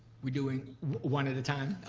we're doing one at a time?